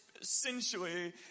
Essentially